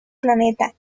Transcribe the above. planeta